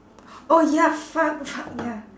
oh ya fuck lah ya